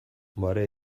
bare